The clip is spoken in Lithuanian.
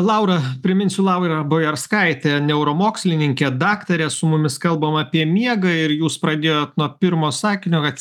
laura priminsiu laura bojarskaitė neuromokslininkė daktarė su mumis kalbam apie miegą ir jūs pradėjot nuo pirmo sakinio kad